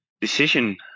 decision